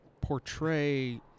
portray